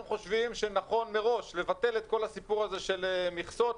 --- אנחנו חושבים שנכון מראש לבטל את כל הסיפור הזה של מכסות.